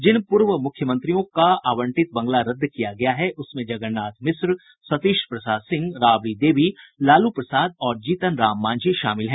जिन पूर्व मुख्यमंत्रियों का आवंटित बंगला रद्द किया गया है उसमें जगन्नाथ मिश्र सतीश प्रसाद सिंह राबड़ी देवी लालू प्रसाद और जीतन राम मांझी शामिल हैं